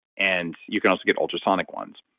and you can also get ultrasonic ones,